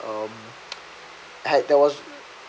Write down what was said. um had there was